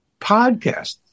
podcast